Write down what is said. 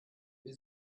wir